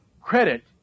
credit